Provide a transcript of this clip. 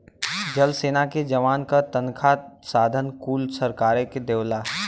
जल सेना के जवान क तनखा साधन कुल सरकारे देवला